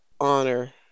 honor